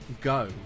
go